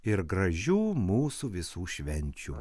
ir gražių mūsų visų švenčių